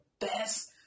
best